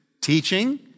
teaching